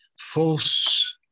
False